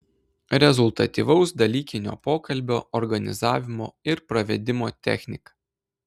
rezultatyvaus dalykinio pokalbio organizavimo ir pravedimo technika